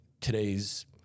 today's